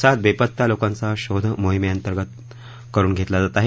सात बेपत्ता लोकांचा शोध मोहिमेअंतर्गत करुन शोध घेतला जात आहे